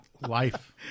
life